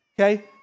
Okay